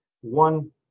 one